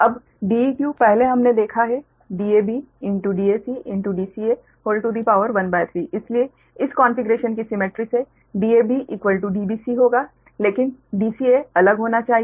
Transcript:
अब Deq पहले हमने देखा है dabdacdca13 इसलिए इस कोन्फ़िगरेशन की सिमेट्री से dab dbc होगा लेकिन dca अलग होना चाहिए